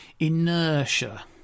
inertia